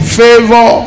favor